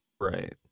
right